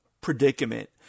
predicament